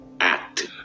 acting